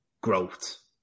growth